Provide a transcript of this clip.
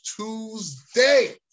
tuesday